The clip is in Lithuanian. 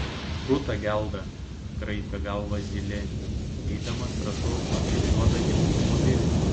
kruta gelda kraipė galvą zylė eidamas ratu apie juodąjį automobilį